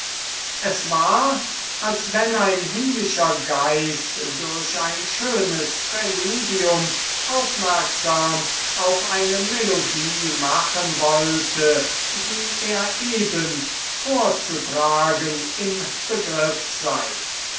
es war als wenn ein himmlischer geist durch ein schönes präludium aufmerksam auf eine melodie machen wollte die er eben vorzutragen im begriff sei